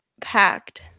packed